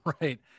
right